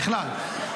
ככלל,